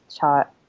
chat